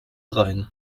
rein